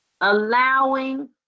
allowing